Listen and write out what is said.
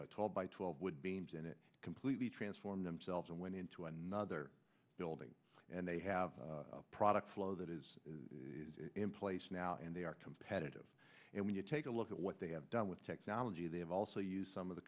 have told by twelve would be named and it completely transformed themselves and went into another building and they have a product flow that is in place now and they are competitive and when you take a look at what they have done with technology they have also used some of the